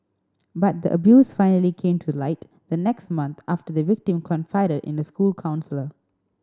but the abuse finally came to light the next month after the victim confided in a school counsellor